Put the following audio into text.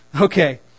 Okay